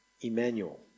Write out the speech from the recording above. Emmanuel